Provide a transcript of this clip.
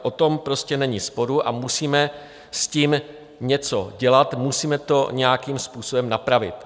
O tom prostě není sporu a musíme s tím něco dělat, musíme to nějakým způsobem napravit.